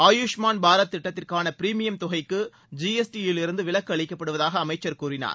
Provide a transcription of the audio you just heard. ஆயுஷ்மான் பாரத் திட்டத்திற்கான பிரிமீயம் தொகைக்கு G S T யிலிருந்து விலக்கு அளிக்கப்படுவதாக அமைச்சர் கூறினார்